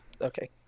okay